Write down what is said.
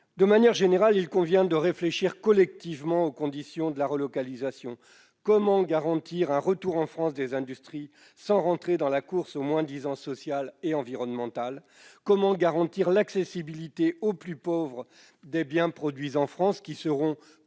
De manière générale, il convient de réfléchir collectivement aux conditions de la relocalisation. Comment garantir un retour en France des industries sans rentrer dans la course au moins-disant social et environnemental ? Comment garantir l'accessibilité, pour les plus pauvres, des biens produits en France, qui seront